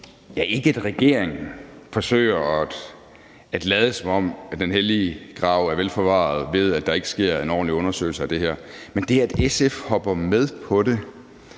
er ikke, at regeringen forsøger at lade, som om den hellige gral er vel forvaret, ved, at der ikke sker en ordentlig undersøgelse af det her, men det, at SF hopper med på det